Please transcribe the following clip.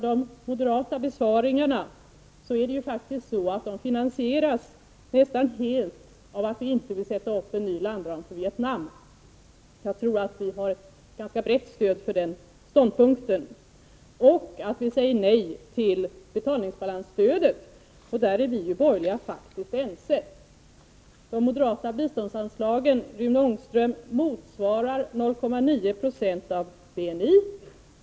De moderata besparingarna finansieras faktiskt nästan helt av att vi inte vill sätta upp en ny landram för Vietnam — jag tror att vi har ganska brett stöd för den ståndpunkten — och att vi säger nej till betalningsbalansstödet, en punkt där vi borgerliga är ense. De moderata biståndsanslagen, Rune Ångström, motsvarar 0,9 2 av BNI.